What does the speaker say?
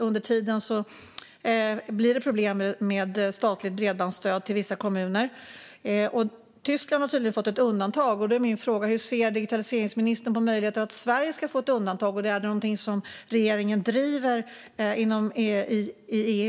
Under tiden blir det problem med statligt bredbandsstöd till vissa kommuner. Tyskland har tydligen fått ett undantag. Jag undrar hur digitaliseringsministern ser på möjligheten att Sverige ska få ett undantag. Är det någonting som regeringen driver i EU?